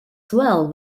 swell